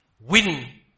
win